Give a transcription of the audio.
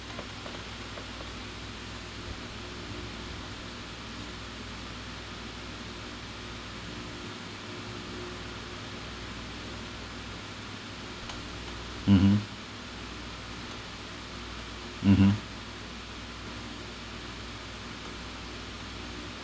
mmhmm mmhmm